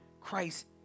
Christ